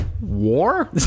war